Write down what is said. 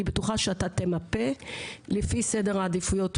אני בטוחה שאתה תמפה אותם לפי סדר העדיפויות,